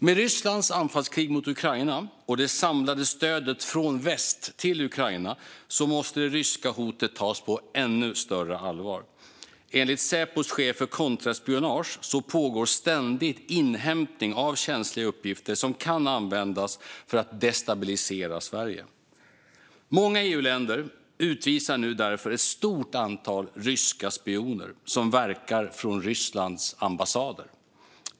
Med Rysslands anfallskrig mot Ukraina och det samlade stödet från väst till Ukraina måste det ryska hotet tas på ännu större allvar. Enligt Säpos chef för kontraspionage pågår ständigt inhämtning av känsliga uppgifter som kan användas för att destabilisera Sverige. Många EU-länder utvisar nu därför ett stort antal ryska spioner som verkar från Rysslands ambassader.